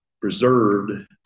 preserved